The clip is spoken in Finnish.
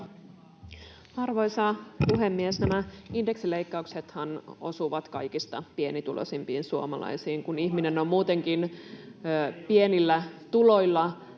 Arvoisa puhemies! Nämä indeksileikkauksethan osuvat kaikista pienituloisimpiin suomalaisiin. Kun ihminen on muutenkin pienillä tuloilla